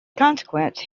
consequence